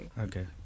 Okay